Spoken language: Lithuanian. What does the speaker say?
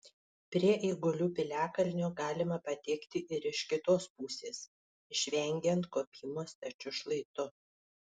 prie eigulių piliakalnio galima patekti ir iš kitos pusės išvengiant kopimo stačiu šlaitu